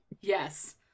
Yes